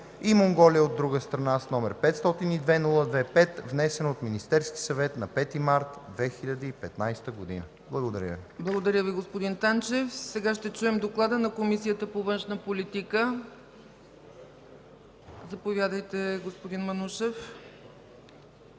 и Монголия, от друга страна, № 502-02-5, внесен от Министерски съвет на 5 март 2015 г.” Благодаря. ПРЕДСЕДАТЕЛ ЦЕЦКА ЦАЧЕВА: Благодаря Ви, господин Танчев. Сега ще чуем доклада на Комисията по външна политика. Заповядайте, господин Манушев.